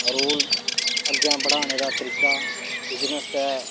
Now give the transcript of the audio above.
role अग्गें बढ़ाने दा तरीका बिजनेस दे